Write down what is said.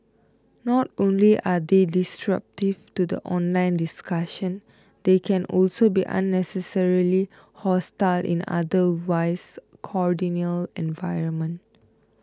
not only are they disruptive to the online discussion they can also be unnecessarily hostile in otherwise cordial environment